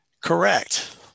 Correct